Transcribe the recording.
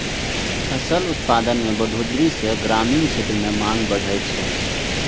फसल उत्पादन मे बढ़ोतरी सं ग्रामीण क्षेत्र मे मांग बढ़ै छै